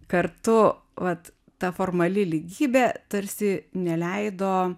kartu vat ta formali lygybė tarsi neleido